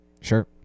Sure